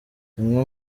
zimwe